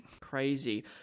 Crazy